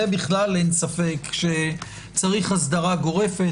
זה בכלל אין ספק שצריך הסדרה גורפת.